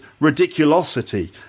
ridiculosity